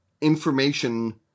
information